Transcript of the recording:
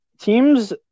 teams